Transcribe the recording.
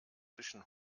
zwischen